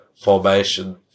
formation